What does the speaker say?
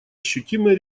ощутимые